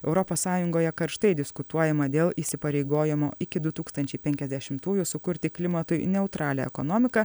europos sąjungoje karštai diskutuojama dėl įsipareigojimo iki du tūkstančiai penkiasdešimtųjų sukurti klimatui neutralią ekonomiką